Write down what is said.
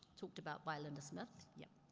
talked about by linda smith, yep.